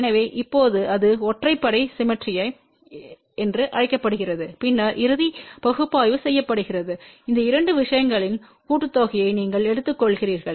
எனவே இப்போது அது ஒற்றைப்படை சிம்மெட்ரிலை என்று அழைக்கப்படுகிறது பின்னர் இறுதி பகுப்பாய்வு செய்யப்படுகிறது இந்த இரண்டு விஷயங்களின் கூட்டுத்தொகையை நீங்கள் எடுத்துக்கொள்கிறீர்கள்